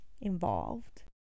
involved